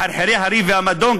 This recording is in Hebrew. מחרחרי הריב והמדון,